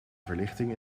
verlichting